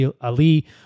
Ali